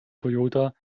toyota